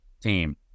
team